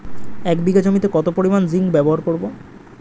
এক বিঘা জমিতে কত পরিমান জিংক ব্যবহার করব?